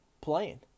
playing